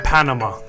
Panama